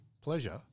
pleasure